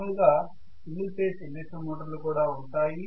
మాములుగా single phase induction motor లు కూడా ఉంటాయి